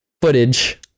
footage